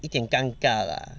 一点尴尬啦